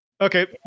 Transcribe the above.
Okay